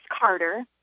Carter